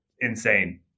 insane